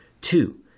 Two